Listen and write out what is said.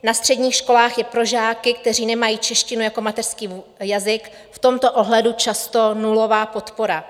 Na středních školách je pro žáky, kteří nemají češtinu jako mateřský jazyk, v tomto ohledu často nulová podpora.